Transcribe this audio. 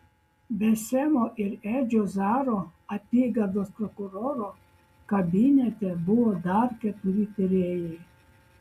be semo ir edžio zaro apygardos prokuroro kabinete buvo dar keturi tyrėjai